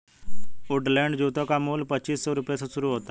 Woodland जूतों का मूल्य पच्चीस सौ से शुरू होता है